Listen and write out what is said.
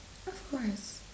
of course